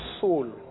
soul